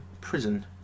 Prison